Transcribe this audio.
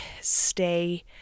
stay